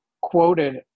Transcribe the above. quoted